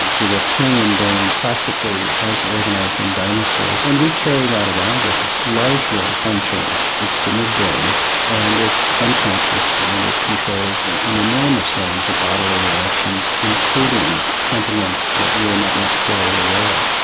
the reptilian brain classically classically as organised in dinosaurs and we carry that around with us largely unchanged. it's the mid brain and it's unconscious and it controls an enormous range of bodily reactions, including sentiments that we're not necessarily aware of.